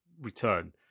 return